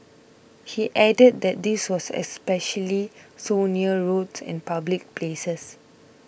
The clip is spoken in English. he added that this was especially so near roads and public places